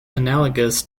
analogous